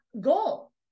goal